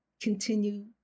continue